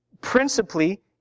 principally